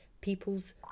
people's